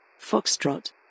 Foxtrot